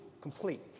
complete